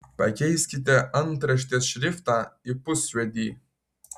pakeiskite antraštės šriftą į pusjuodį